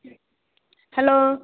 hello